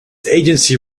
agency